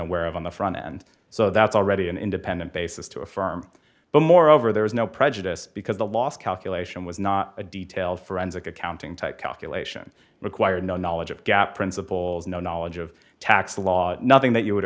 aware of on the front end so that's already an independent basis to affirm but moreover there is no prejudice because the last calculation was not a detailed forensic accounting type calculation required no knowledge of gap principles no knowledge of tax law nothing that you would